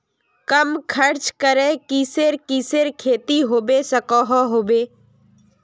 कम खर्च करे किसेर किसेर खेती होबे सकोहो होबे?